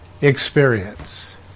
experience